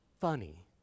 funny